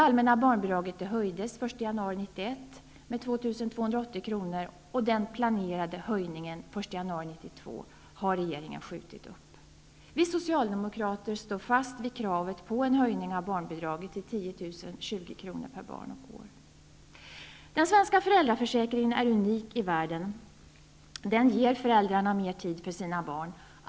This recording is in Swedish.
1991 med 2 280 kr. Den planerade höjningen den1 januari 1992 har regeringen skjutit på. Vi socialdemokrater står fast vid kravet på en höjning av barnbidraget till 10 020 kr. per barn och år. Den svenska föräldraförsäkringen är unik i världen. Den ger föräldrarna mera tid för sina barn.